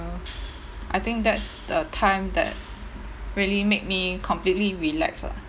I think that's the time that really make me completely relax lah